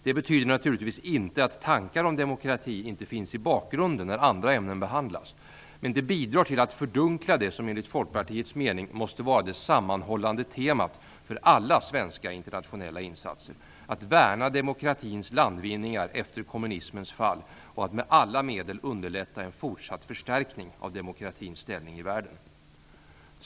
Det betyder naturligtvis inte att tankar om demokrati inte finns i bakgrunden när andra ämnen behandlas, men det bidrar till att fördunkla det som enligt Folkpartiets mening måste vara det sammanhållande temat för alla svenska internationella insatser: att värna demokratins landvinningar efter kommunismens fall och att med alla medel underlätta en fortsatt förstärkning av demokratins ställning i världen.